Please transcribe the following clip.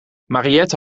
mariet